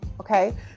okay